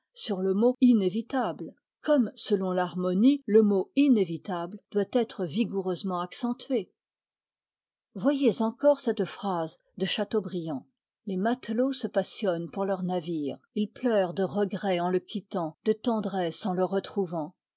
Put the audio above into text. sur le mot inévitables comme selon l'harmonie le mot inévitables doit être vigoureusement accentué voyez encore cette phrase de chateaubriand les matelots se passionnent pour leur navire ils pleurent de regret en le quittant de tendresse en le retrouvant